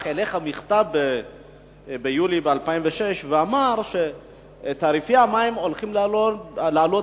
לך מכתב ביולי 2006 ואמר שתעריפי המים שעומדים לעלות